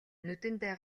нүдэндээ